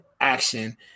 action